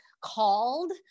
called